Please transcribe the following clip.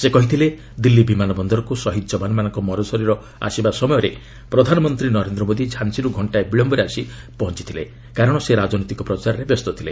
ସେ କହିଥିଲେ ଦିଲ୍ଲୀ ବିମାନ ବନ୍ଦରକୁ ଶହୀଦ୍ ଯବାନମାନଙ୍କ ମରଶରୀର ଆସିବା ବେଳେ ପ୍ରଧାନମନ୍ତ୍ରୀ ନରେନ୍ଦ୍ର ମୋଦି ଝାନ୍ସୀରୁ ଘଣ୍ଟାଏ ବିଳୟରେ ଆସି ପହଞ୍ଚିଲେ କାରଣ ସେ ରାଜନୈତିକ ପ୍ରଚାରରେ ବ୍ୟସ୍ତ ଥିଲେ